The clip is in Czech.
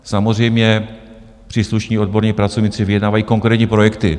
Samozřejmě, příslušní odborní pracovníci vyjednávají konkrétní projekty.